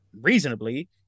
reasonably